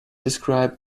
described